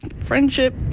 Friendship